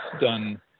done